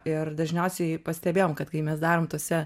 ir dažniausiai pastebėjom kad kai mes darom tose